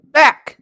back